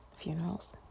Funerals